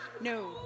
No